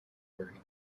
worry